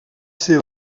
ser